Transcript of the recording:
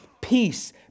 peace